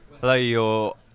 Hello